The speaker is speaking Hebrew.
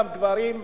גם גברים,